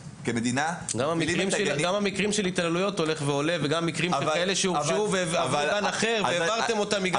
גם מספר מקרי ההתעללויות הולך עולה וגם כאלה שהעברתם מגן אחד לאחר.